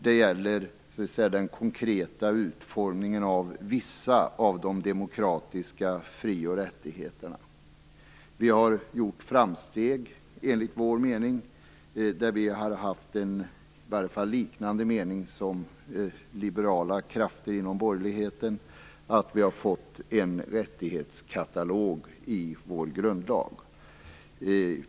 Det gäller den konkreta utformningen av vissa av de demokratiska fri och rättigheterna. Det har enligt vår mening gjorts framsteg - och där Vänsterpartiet haft en liknande uppfattning som liberala krafter inom borgerligheten - i och med att vi har fått en rättighetskatalog i vår grundlag.